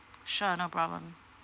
sure no problem